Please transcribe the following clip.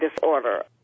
disorder